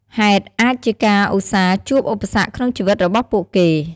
ហេតុអាចជាការឧស្សាហជួបឧបសគ្គក្នុងជីវិតរបស់ពួកគេ។